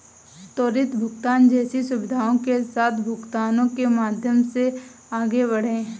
त्वरित भुगतान जैसी सुविधाओं के साथ भुगतानों के माध्यम से आगे बढ़ें